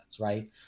right